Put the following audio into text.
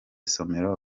somero